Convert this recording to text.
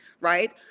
right